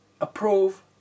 approve